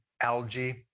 algae